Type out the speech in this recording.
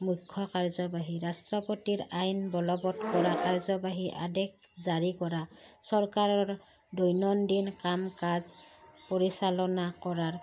মুখ্য কাৰ্যবাহী ৰাষ্ট্ৰপতিৰ আইন বলৱৎ কৰা কাৰ্যবাহী আদেশ জাৰি কৰা চৰকাৰৰ দৈনন্দিন কাম কাজ পৰিচালনা কৰাৰ